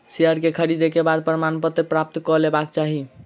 share के खरीद के बाद प्रमाणपत्र प्राप्त कय लेबाक चाही